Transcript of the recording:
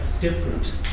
different